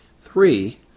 Three